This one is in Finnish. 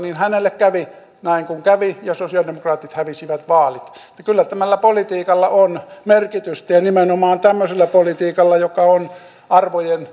ja hänelle kävi näin kuin kävi ja sosialidemokraatit hävisivät vaalit kyllä tällä politiikalla on merkitystä ja nimenomaan tämmöisellä politiikalla joka on